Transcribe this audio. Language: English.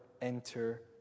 enter